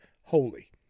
holy